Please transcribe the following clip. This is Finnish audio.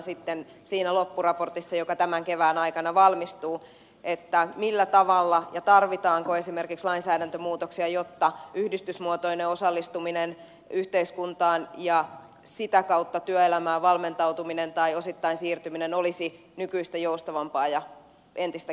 sitten siinä loppuraportissa joka tämän kevään aikana valmistuu tarkastellaan tarvitaanko esimerkiksi lainsäädäntömuutoksia jotta yhdistysmuotoinen osallistuminen yhteiskuntaan ja sitä kautta työelämään valmentautuminen tai osittain siirtyminen olisivat nykyistä joustavampia ja entistäkin mahdollisempia